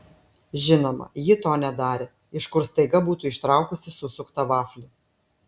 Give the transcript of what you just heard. žinoma ji to nedarė iš kur staiga būtų ištraukusi susuktą vaflį